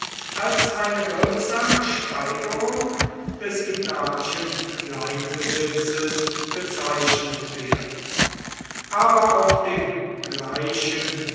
als eine wirksame steigerung des italischen kleinbesitzes bezeichnet werden aber auf dem gleichen